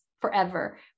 forever